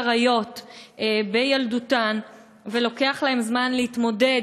עריות בילדותן ולוקח להן זמן להתמודד,